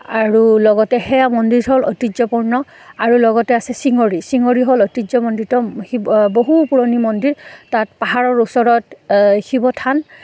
আৰু লগতে সেয়া মন্দিৰ হ'ল ঐতিহ্যপূৰ্ণ আৰু লগতে আছে চিঙৰি চিঙৰি হ'ল ঐতিহ্য মণ্ডিত শি বহু পুৰণি মন্দিৰ তাত পাহাৰৰ ওচৰত শিৱ থান